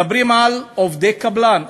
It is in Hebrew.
מדברים על עובדי קבלן,